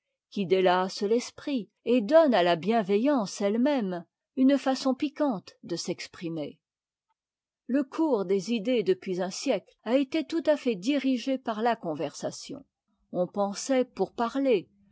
qui délasse tesprit et donne à a bienveihanee e temême une façon piquante de s'exprimer le cours des idées depuis un siècle a été tout à fait dirigé par la conversation on pensait pour parler